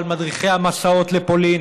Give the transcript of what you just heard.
על מדריכי המסעות לפולין,